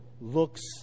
looks